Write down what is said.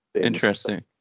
Interesting